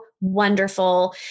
wonderful